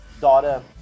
daughter